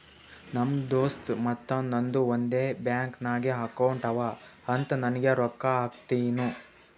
ನಮ್ ದೋಸ್ತ್ ಮತ್ತ ನಂದು ಒಂದೇ ಬ್ಯಾಂಕ್ ನಾಗ್ ಅಕೌಂಟ್ ಅವಾ ಅಂತ್ ನಂಗೆ ರೊಕ್ಕಾ ಹಾಕ್ತಿನೂ